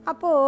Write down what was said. Apo